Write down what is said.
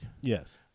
Yes